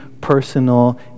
personal